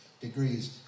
degrees